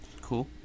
Cool